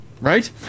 right